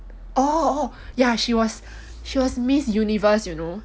orh orh ya she was she was miss universe you know